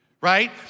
right